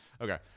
okay